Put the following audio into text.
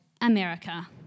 America